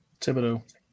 Thibodeau